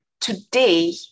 today